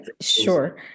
sure